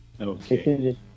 Okay